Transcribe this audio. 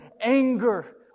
anger